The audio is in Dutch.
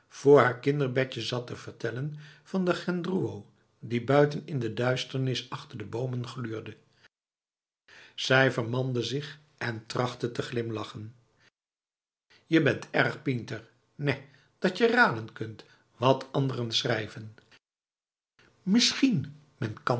voor haar kinderbedje zat te vertellen van de gendhroewo die buiten in de duisternis achter de bomen gluurde zij vermande zich en trachtte te glimlachen je bent erg pinter nèh datje raden kunt wat anderen schrijvenf misschien men kan